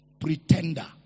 Pretender